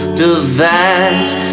device